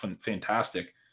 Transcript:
fantastic